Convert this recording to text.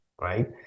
right